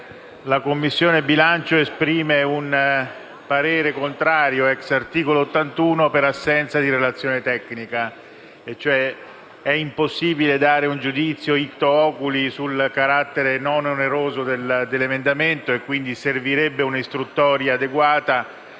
la Commissione bilancio esprime un parere contrario *ex* articolo 81 della Costituzione per assenza di relazione tecnica; cioè è impossibile dare un giudizio *ictu oculi* sul carattere non oneroso dell'emendamento, quindi servirebbe un'istruttoria adeguata